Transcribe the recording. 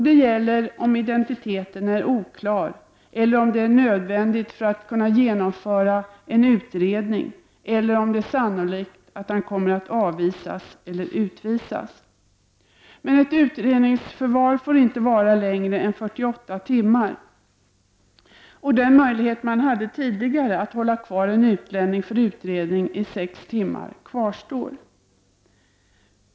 Det gäller om identiteten är oklar eller om det är nödvändigt för att man skall kunna genomföra en utredning eller om det är sannolikt att personen i fråga kommer att avvisas eller utvisas. Ett utredningsförvar får inte vara längre än 48 timmar. Den möjlighet som tidigare fanns att hålla kvar en utlänning för utredning i sex timmar kvarstår.